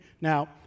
Now